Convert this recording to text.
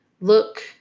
Look